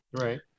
right